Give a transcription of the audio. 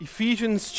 Ephesians